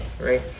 right